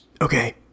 Okay